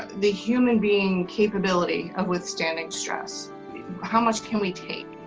the human being capability of withstanding stress how much can we take.